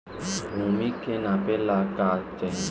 भूमि के नापेला का चाही?